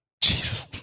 Jesus